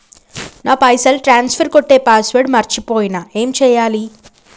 నా పైసల్ ట్రాన్స్ఫర్ కొట్టే పాస్వర్డ్ మర్చిపోయిన ఏం చేయాలి?